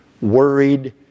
worried